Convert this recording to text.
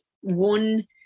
one